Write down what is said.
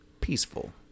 peaceful